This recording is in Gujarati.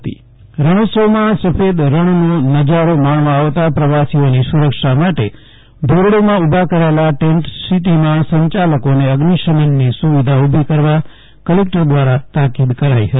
જયદિપ વૈષ્ણવ કલેક્ટર સમીક્ષા બેઠક રણોત્સવમાં સફેદ રણનો નજારો માણવા આવતા પ્રવાસીઓની સુ રક્ષા માટે ધોરડોમાં ઉભા કરાચેલા ટેન્ટ સિટીમાં સંચાલકીને અઝિશમનની સુવિધા ઉભી કરવા કલેક્ટર દ્વારા તાકીદ કરાઇ હતી